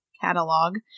Catalog